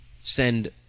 send